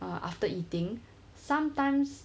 err after eating sometimes